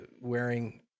wearing